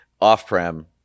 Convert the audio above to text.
off-prem